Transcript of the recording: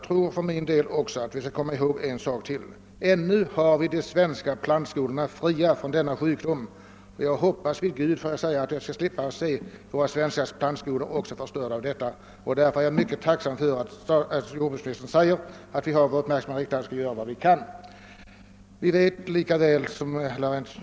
Vi skall också komma ihåg ytterligare en sak. Vi har ännu de svenska plantskolorna fria från denna sjukdom och jag hoppas verkligen att jag skall slippa få se våra svenska plantskolor förstörda av den. Därför är jag mycket tacksam för jordbruksministerns uttalande att man har uppmärksamheten riktad på detta och skall göra vad som kan göras för att förhindra en spridning.